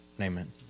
Amen